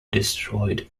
destroyed